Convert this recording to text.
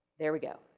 here we go.